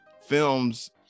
films